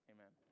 Amen